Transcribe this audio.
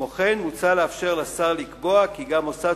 כמו כן מוצע לאפשר לשר לקבוע כי גם מוסד